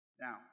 Now